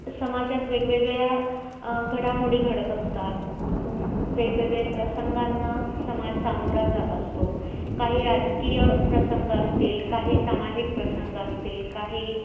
समाजात वेगवेगळ्या घडामोडी घडत असतात वेगवेगळे प्रसंगांना समाज सामोरा जात असतो काही राजकीय प्रसंग असतील काही सामाजिक प्रसंग असतील काही